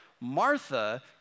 Martha